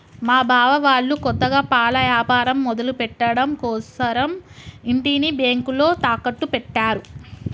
మా బావ వాళ్ళు కొత్తగా పాల యాపారం మొదలుపెట్టడం కోసరం ఇంటిని బ్యేంకులో తాకట్టు పెట్టారు